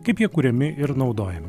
kaip jie kuriami ir naudojami